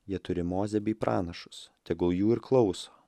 jie turi mozę bei pranašus tegul jų ir klauso